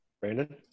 Brandon